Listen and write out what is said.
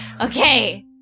Okay